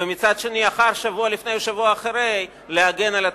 ומצד שני, שבוע לפני או שבוע אחרי להגן על התקנון.